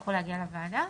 יצטרכו להגיע לוועדה.